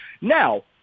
Now